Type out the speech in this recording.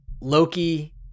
Loki